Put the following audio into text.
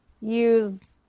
use